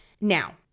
Now